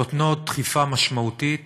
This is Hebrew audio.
נותנות דחיפה משמעותית